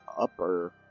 upper